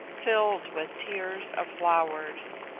filled with tiers of flowers.